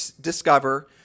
discover